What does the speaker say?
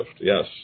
yes